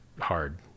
hard